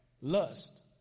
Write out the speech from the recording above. lust